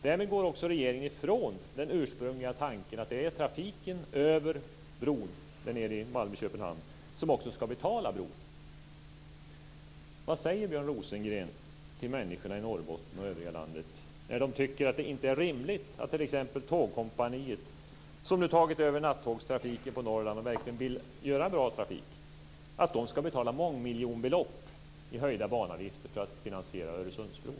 Därmed går också regeringen ifrån den ursprungliga tanken att det är trafiken över bron mellan Malmö och Köpenhamn som också ska betala bron. Norrbotten och övriga landet när de tycker att det inte är rimligt att t.ex. Tågkompaniet, som nu tagit över nattågstrafiken till Norrland och som verkligen vill göra en bra trafik, ska betala mångmiljonbelopp i höjda banavgifter för att finansiera Öresundsbron?